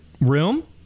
room